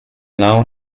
now